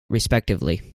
respectively